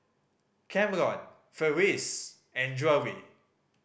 Kamron Farris and Drury